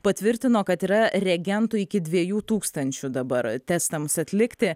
patvirtino kad yra reagentų iki dviejų tūkstančių dabar testams atlikti